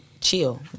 chill